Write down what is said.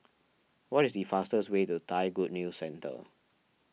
what is the fastest way to Thai Good News Centre